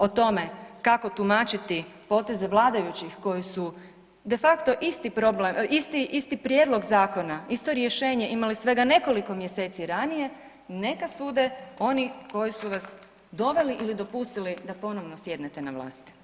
O tome kako tumačiti poteze vladajućih koji su de facto isti prijedlog zakona, isto rješenje imali svega nekoliko mjeseci ranije, neka sude oni koji su vas doveli ili dopustili da ponovno sjednete na vlast.